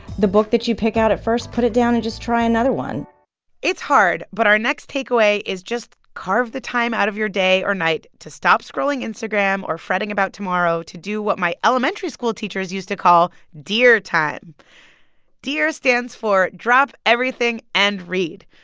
the book that you pick out at first, put it down and just try another one it's hard. but our next takeaway is just carve the time out of your day or night to stop scrolling instagram or fretting about tomorrow to do what my elementary school teachers used to call dear time dear stands for drop everything and read.